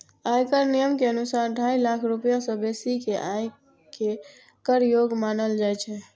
आयकर नियम के अनुसार, ढाई लाख रुपैया सं बेसी के आय कें कर योग्य मानल जाइ छै